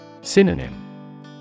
Synonym